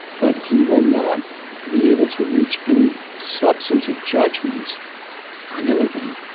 but he will not be able to reach any substantive judgments on anything.